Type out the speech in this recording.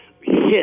hit